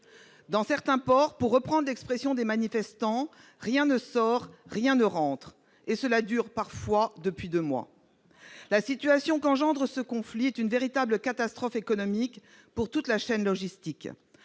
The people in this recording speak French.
Dans certains ports, pour reprendre l'expression des manifestants :« rien ne sort, rien ne rentre », et cela dure parfois depuis deux mois. C'est honteux ! La situation que suscite ce conflit est une véritable catastrophe économique pour toute la chaîne logistique.